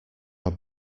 are